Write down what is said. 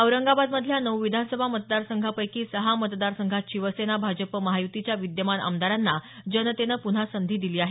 औरंगाबाद मध्यल्या नऊ विधानसभा मतदार संघापैकी सहा मतदार संघात शिवसेना भाजप महायुतीच्या विद्यमान आमदारांना जनतेनं पुन्हा संधी दिली आहे